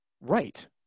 right